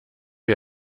wie